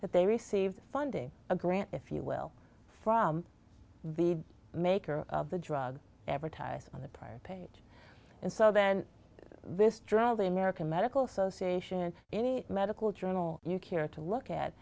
that they received funding a grant if you will from the maker of the drug advertised on the prior page and so then this journal the american medical association any medical journal you care to look at